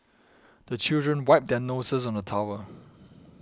the children wipe their noses on the towel